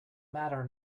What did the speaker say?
matter